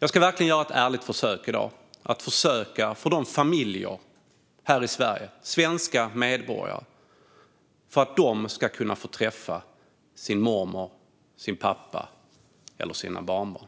dag ska jag göra ett ärligt försök för att svenska medborgare ska kunna få träffa sin mormor, sin pappa eller sina barnbarn.